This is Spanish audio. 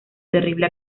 terrible